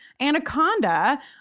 anaconda